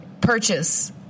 purchase